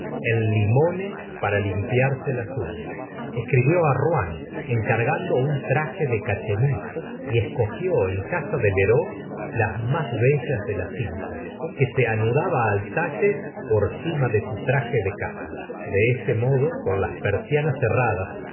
en limones para limpiarse las unas escribió rouen encargando un traje de cachemir y escogió en casa de lheureux la más bella de las cintas que se anudaba al talle por cima de su traje de casa de este modo con las persianas cerradas